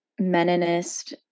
meninist